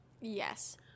Yes